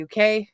UK